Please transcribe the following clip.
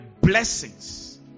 blessings